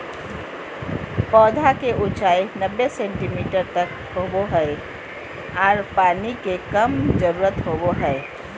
पौधा के ऊंचाई नब्बे सेंटीमीटर तक होबो हइ आर पानी के कम जरूरत होबो हइ